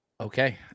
Okay